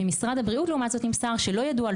ממשרד הבריאות לעומת זאת נמסר שלא ידעו על